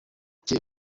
cye